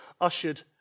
ushered